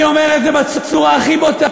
אני אומר את זה בצורה הכי בוטה: